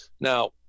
Now